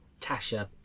tasha